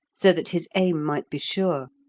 so that his aim might be sure.